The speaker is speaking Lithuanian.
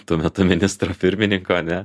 tuo metu ministro pirmininko ne